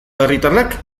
herritarrak